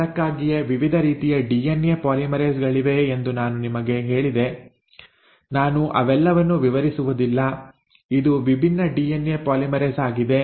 ಅದಕ್ಕಾಗಿಯೇ ವಿವಿಧ ರೀತಿಯ ಡಿಎನ್ಎ ಪಾಲಿಮರೇಸ್ ಗಳಿವೆ ಎಂದು ನಾನು ನಿಮಗೆ ಹೇಳಿದೆ ನಾನು ಅವೆಲ್ಲವನ್ನೂ ವಿವರಿಸುವುದಿಲ್ಲ ಇದು ವಿಭಿನ್ನ ಡಿಎನ್ಎ ಪಾಲಿಮರೇಸ್ ಆಗಿದೆ